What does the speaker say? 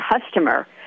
customer